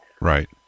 Right